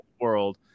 world